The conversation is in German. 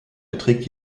beträgt